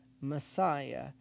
Messiah